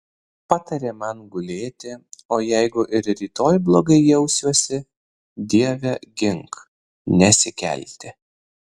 patarė man gulėti o jeigu ir rytoj blogai jausiuosi dieve gink nesikelti